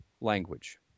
language